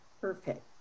Perfect